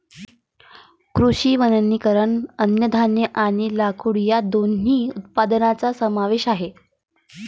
कृषी वनीकरण अन्नधान्य आणि लाकूड या दोन्ही उत्पादनांचा समावेश आहे